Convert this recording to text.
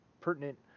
pertinent